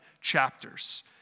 chapters